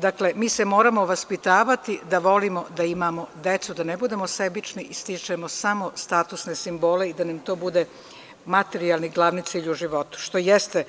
Dakle, mi se moramo vaspitavati da imamo decu, da ne budemo sebični i stičemo samo statusne simbole i to da nam budu samo statusni simboli, i da nam bude materijalni i glavni cilj u životu, što jeste